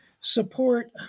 support